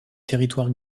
territoires